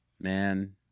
Man